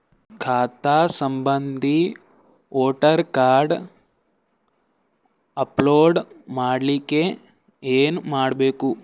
ಖಾತಾ ಸಂಬಂಧಿ voter card upload ಮಾಡಲಿಕ್ಕೆ ಏನ ಮಾಡಬೇಕು?